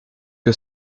que